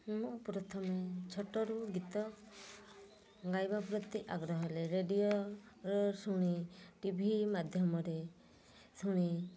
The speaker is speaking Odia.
ମୁଁ ପ୍ରଥମେ ଛୋଟରୁ ଗୀତ ଗାଇବା ପ୍ରତି ଆଗ୍ରହ ହେଲେ ରେଡ଼ିଓରେ ଶୁଣି ଟି ଭି ମାଧ୍ୟମରେ ଶୁଣି